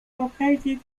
located